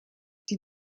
die